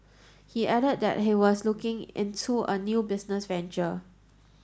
he added that he was looking into a new business venture